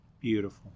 Beautiful